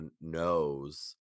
knows